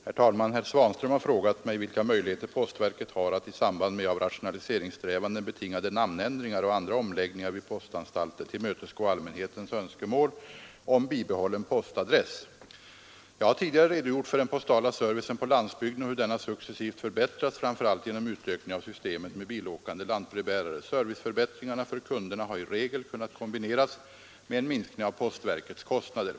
Herr talman! Herr Svanström har frågat mig vilka möjligheter postverket har att i samband med av rationaliseringssträvanden betingade namnändringar och andra omläggningar vid postanstalter tillmötesgå allmänhetens önskemål om bibehållen postadress. Jag har tidigare redogjort för den postala servicen på landsbygden och hur denna successivt förbättrats, framför allt genom utökning av systemet med bilåkande lantbrevbärare. Serviceförbättringarna för kunderna har i regel kunnat kombineras med en minskning av postverkets kostnader.